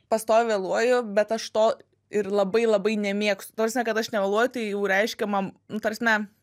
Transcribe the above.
pastoviai vėluoju bet aš to ir labai labai nemėgstu ta prasme kad aš neveluoju tai jau reiškia man ta prasme